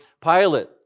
Pilate